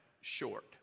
short